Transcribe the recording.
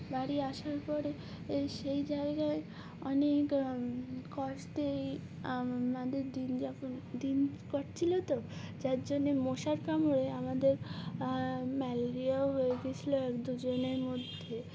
বাড়ি আসার পরে সেই জায়গায় অনেক কষ্টেই আমাদের দিন যাপন দিন করটছিলো তো যার জন্যে মশার কামড়ে আমাদের ম্যালেরিয়াও হয়ে গেছিলো এক দুজনের মধ্যে